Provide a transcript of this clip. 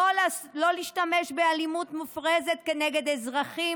לא להשתמש באלימות מופרזת כנגד אזרחים